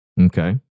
Okay